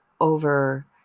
over